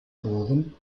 bohren